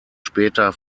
später